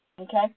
Okay